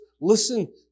listen